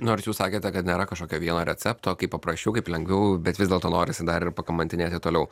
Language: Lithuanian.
nors jūs sakėte kad nėra kažkokio vieno recepto kaip paprasčiau kaip lengviau bet vis dėlto norisi dar ir pakamantinėti toliau